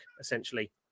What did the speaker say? essentially